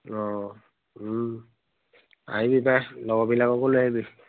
অঁ আহিবি পাই লগৰবিলাককো লৈ আহিবি